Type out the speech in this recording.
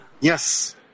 Yes